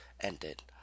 ended